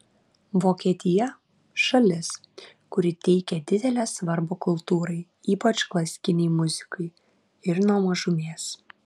vokietija šalis kuri teikia didelę svarbą kultūrai ypač klasikinei muzikai ir nuo mažumės